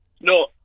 No